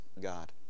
God